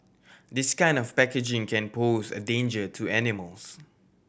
this kind of packaging can pose a danger to animals